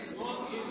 Walk